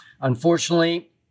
Unfortunately